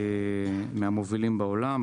מהמובילים בעולם,